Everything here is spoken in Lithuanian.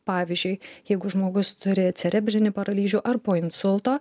pavyzdžiui jeigu žmogus turi cerebrinį paralyžių ar po insulto